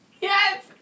Yes